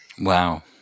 Wow